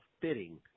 fitting